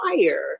fire